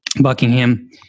Buckingham